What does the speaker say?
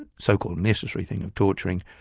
ah so-called necessary thing of torturing,